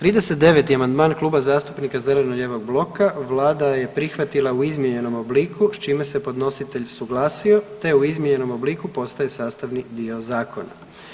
39. amandman Kluba zastupnika zeleno-lijevog bloka, Vlada je prihvatila u izmijenjenom obliku s čime se podnositelj suglasio te u izmijenjenom obliku postaje sastavni dio zakona.